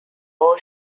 all